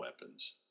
weapons